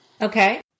Okay